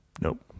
nope